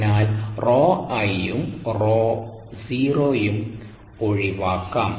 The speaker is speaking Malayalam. അതിനാൽ 𝜌𝑖 ഉം𝜌𝑜 ഒഴിവാക്കാം